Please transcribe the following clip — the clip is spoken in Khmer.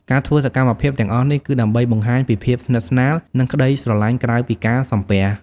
ការធ្វើសកម្មភាពទាំងអស់នេះ គឺដើម្បីបង្ហាញពីភាពស្និទ្ធស្នាល និងក្ដីស្រឡាញ់ក្រៅពីការសំពះ។